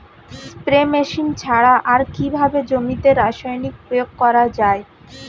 Spray machine ছাড়া আর কিভাবে জমিতে রাসায়নিক প্রয়োগ করা যায়?